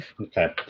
Okay